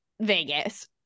Vegas